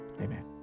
Amen